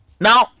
Now